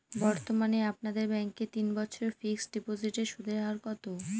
বর্তমানে আপনাদের ব্যাঙ্কে তিন বছরের ফিক্সট ডিপোজিটের সুদের হার কত?